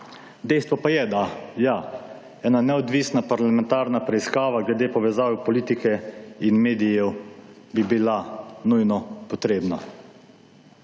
Dejstvo pa je, da ja, ena neodvisna parlamentarna preiskava glede povezav politike in medijev bi bila nujno potrebna.